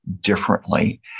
differently